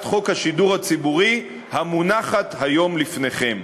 חוק השידור הציבורי המונחת היום לפניכם.